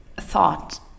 thought